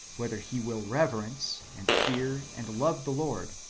whether he will reverence, and fear, and love the lord.